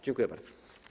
Dziękuję bardzo.